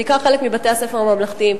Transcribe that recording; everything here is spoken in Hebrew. בעיקר חלק מבתי-הספר הממלכתיים.